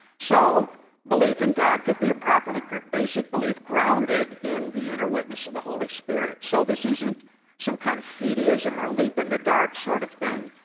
so belief in god could be a properly basic belief grounded in the inner witness of the holy spirit. so this isn't some kind of fideism or leap in the dark sort of thing.